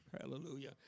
Hallelujah